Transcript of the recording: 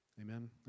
Amen